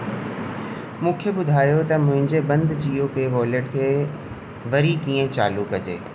मूंखे ॿुधायो त मुंहिंजे बंदि जीओ पे वॉलेट खे वरी कीअं चालू कजे